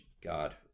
God